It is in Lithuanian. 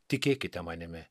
tikėkite manimi